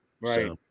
right